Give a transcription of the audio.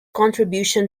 contribution